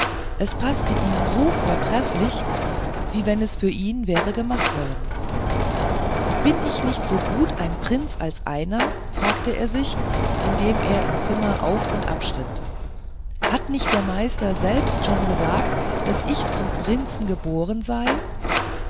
es paßte ihm so trefflich wie wenn es für ihn wäre gemacht worden bin ich nicht so gut ein prinz als einer fragte er sich indem er im zimmer auf und ab schritt hat nicht der meister selbst schon gesagt daß ich zum prinzen geboren sei